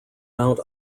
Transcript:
mount